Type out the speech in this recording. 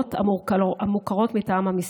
במסגרות המוכרות מטעם המשרד.